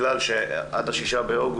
בגלל שהפעם הקייטנה עד ה-6 באוגוסט